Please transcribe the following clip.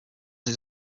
his